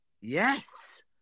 Yes